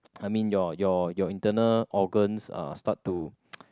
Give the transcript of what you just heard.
I mean your your your internal organs uh start to